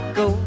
go